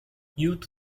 youth